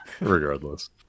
Regardless